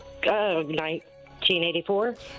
1984